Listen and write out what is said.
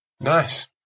Nice